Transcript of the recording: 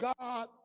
God